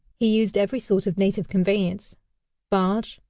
he used every sort of native conveyance barge,